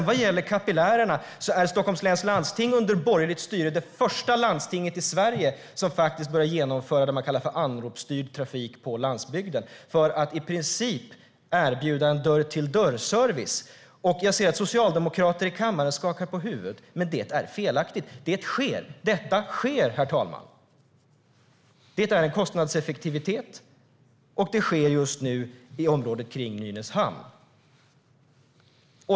När det gäller kapillärerna är Stockholms läns landsting under borgerligt styre det första landstinget i Sverige som faktiskt börjar genomföra det som man kallar för anropsstyrd trafik på landsbygden för att i princip erbjuda en dörr-till-dörr-service. Jag ser att socialdemokrater i kammaren skakar på huvudet, men de har fel. Detta sker, herr talman, och det innebär en kostnadseffektivitet. Det sker just nu i området kring Nynäshamn.